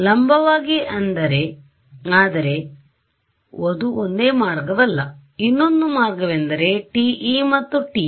ಲಂಬವಾಗಿ ಆದರೆ ಅದು ಒಂದೇ ಮಾರ್ಗವಲ್ಲ ಇನ್ನೊಂದು ಮಾರ್ಗವೆಂದರೆ TE ಮತ್ತು TM